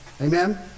Amen